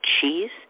cheese